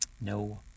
no